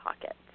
pocket